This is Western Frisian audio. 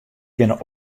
kinne